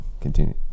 continue